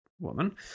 woman